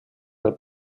del